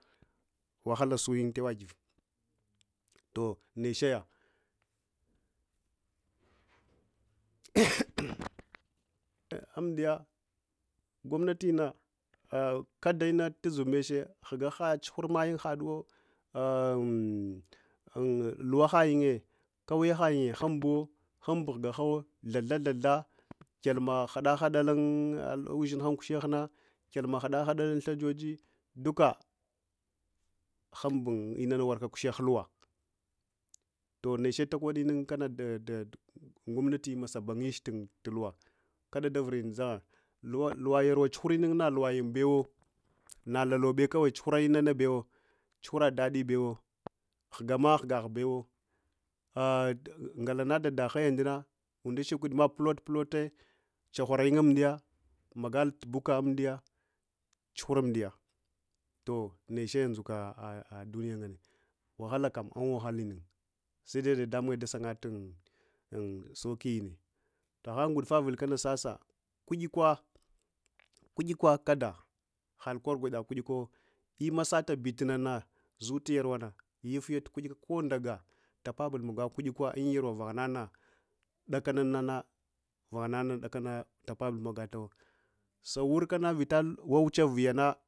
Wahala suyun tawagive toh” nechiya amdiye gomnatina kada inatu dzuvmeche hugaha tsuhurmun haɗuwa luway unghe kauyahayunghe humbuwo humbug hugawo thatha thatha kyalma hadaha dalun ushinka unkushihna, kyalma hada hadalun sojoji ɗuka humbug inanawa warka kusheh luwa toh’ nechel-acheta luwa kada davuruyun dzaha, luwa luwa yarwa tsuhuruyun luwayun bewa nalalobe kawai tsuuhura bewa tsuhura ɗaɗi bewa hugama hugah bewa ngalana ɗaɗa hayyya nduna unda shakwid ma. Plot, plote tsaghurayun amdiya magaltubuka amdiya tsuhur amdiya wahakkam unwahala yungh sede dadamun dasungat tun saukiyin aha ngudvavule kana sasa kuikwa kada harkoɗ kwaɗa ku’ikwawo immasala betununana zul tuyar wanna yuftu ku’ikwa ko daga tababul magaku’ikwa unyarwa vanana kuɗ akana vanana kuɗakana tababul magarawa sawur kana vitawawucha viyanana